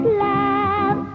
love